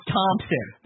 Thompson